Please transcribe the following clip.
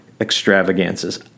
extravagances